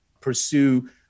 pursue